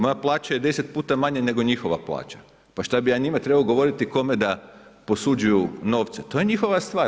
Moja plaća je 10 puta manja nego njihova plaća, pa šta bi ja njima trebao govoriti kome da posuđuju novce, to je njihova stvar.